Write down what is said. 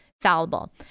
fallible